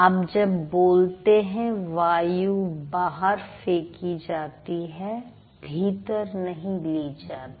आप जब बोलते हैं वायु बाहर फेंकी जाती है भीतर नहीं ली जाती